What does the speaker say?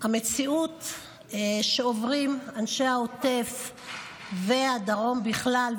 המציאות שעוברים אנשי העוטף והדרום בכלל,